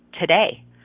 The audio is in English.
today